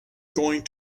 going